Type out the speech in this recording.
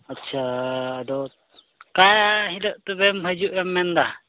ᱟᱪᱪᱷᱟ ᱟᱫᱚ ᱚᱠᱟ ᱦᱤᱞᱳᱜ ᱛᱚᱵᱮᱢ ᱦᱤᱡᱩᱜᱼᱮᱢ ᱢᱮᱱᱫᱟ